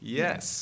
yes